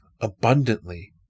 abundantly